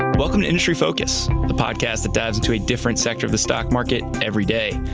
welcome to industry focus, the podcast that dives into a different sector of the stock market every day.